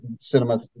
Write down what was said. cinema